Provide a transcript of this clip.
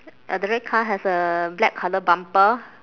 at the red car has a black colour bumper